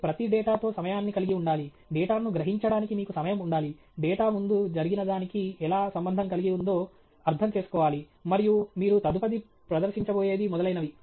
మీరు ప్రతి డేటాతో సమయాన్ని కలిగి ఉండాలి డేటాను గ్రహించడానికి మీకు సమయం ఉండాలి డేటా ముందు జరిగినదానికి ఎలా సంబంధం కలిగి ఉందో అర్థం చేసుకోవాలి మరియు మీరు తదుపరి ప్రదర్శించబోయేది మొదలైనవి